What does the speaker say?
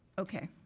okay.